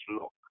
look